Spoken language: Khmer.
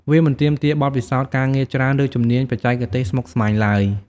វាមិនទាមទារបទពិសោធន៍ការងារច្រើន ឬជំនាញបច្ចេកទេសស្មុគស្មាញឡើយ។